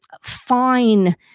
fine